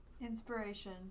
Inspiration